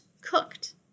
cooked